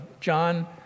John